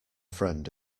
friend